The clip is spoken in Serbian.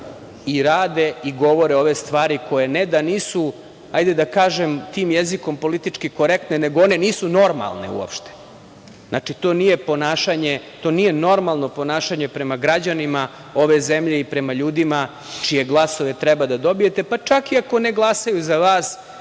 i rade i govore ove stvari koje ne da nisu, ajde da kažem, tim jezikom, političke korektne, nego one nisu normalne uopšte. Znači, to nije normalno ponašanje prema građanima ove zemlje i prema ljudima čije glasove treba da dobijete. Čak i ako ne glasaju za vas